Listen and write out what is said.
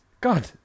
God